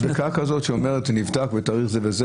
מדבקה שאומרת שהיא נבדקה בתאריך כך וכך,